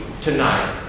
tonight